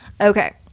Okay